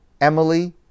Emily